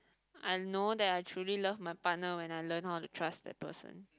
I know that I truly love my partner when I learn how to trust that person